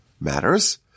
matters